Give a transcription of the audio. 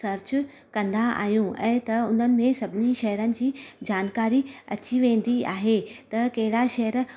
search कंदा आहियूं ऐं त उन्हनि में सभिनी शहरनि जी जानकारी अची वेंदी आहे त कहिड़ा शहर